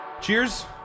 Cheers